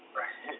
right